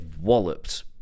walloped